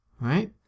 right